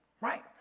right